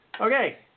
Okay